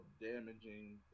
damaging